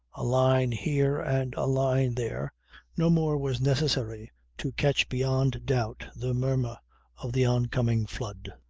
a line here and a line there no more was necessary to catch beyond doubt the murmur of the oncoming flood.